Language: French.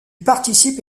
participe